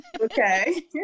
Okay